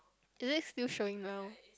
is it still showing now